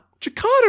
Jakarta